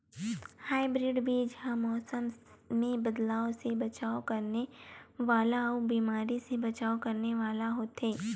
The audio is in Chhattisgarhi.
हाइब्रिड बीज हा मौसम मे बदलाव से बचाव करने वाला अउ बीमारी से बचाव करने वाला होथे